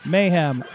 Mayhem